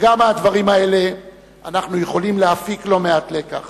וגם מהדברים האלה אנחנו יכולים להפיק לא מעט לקח